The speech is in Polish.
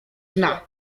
dna